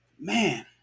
Man